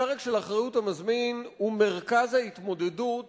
הפרק של אחריות המזמין הוא מרכז ההתמודדות